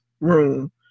room